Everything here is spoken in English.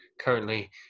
currently